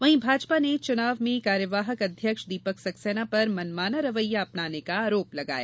वहीं भाजपा ने चुनाव में कार्यवाहक अध्यक्ष दीपक सक्सेना पर मनमाना रवैया अपनाने का आरोप लगाया